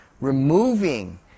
removing